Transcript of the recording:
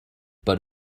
but